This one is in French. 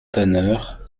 tanneurs